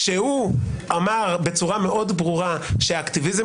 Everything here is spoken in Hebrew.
כשהוא אמר בצורה מאוד ברורה שהאקטיביזם